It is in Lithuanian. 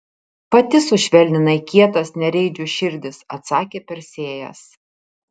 pati sušvelninai kietas nereidžių širdis atsakė persėjas